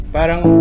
Parang